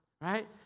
right